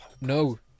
No